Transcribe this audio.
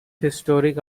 historic